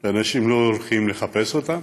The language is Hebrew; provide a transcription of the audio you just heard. ואנשים לא הולכים לחפש אותן,